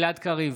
גלעד קריב,